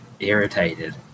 irritated